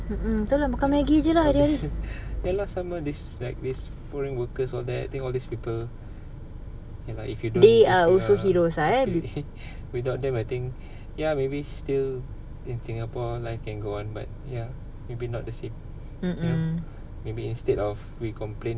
ya lah some more these like these foreign workers all that think all these people ya lah if you don't without them I think ya maybe still in singapore life can go on but maybe not the same maybe instead of we complain